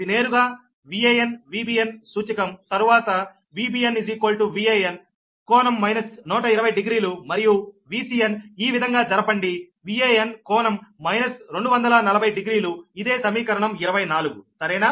ఇది నేరుగా VanVbn సూచకం తరువాత Vbn Van ∟ 120 డిగ్రీలు మరియు Vcn ఈ విధంగా జరపండి Van కోణం 240 డిగ్రీలు ఇదే సమీకరణం 24 సరేనా